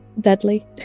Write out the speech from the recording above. deadly